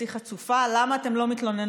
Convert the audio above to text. חצי חצופה: למה אתן לא מתלוננות?